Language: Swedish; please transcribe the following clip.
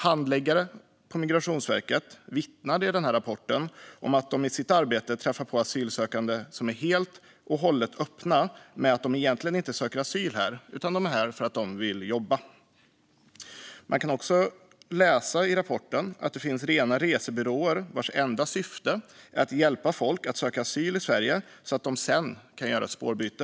Handläggare på Migrationsverket vittnar i rapporten om att de i sitt arbete träffar på asylsökande som är helt och hållet öppna med att de egentligen inte söker asyl utan är här för att de vill jobba. Riksrevisionens rapport om spårbyte i migrationsprocessen - kontroller och upp-följning I rapporten kan man också läsa att det finns rena resebyråer vars enda syfte är att hjälpa folk att söka asyl i Sverige så att de sedan kan göra ett spårbyte.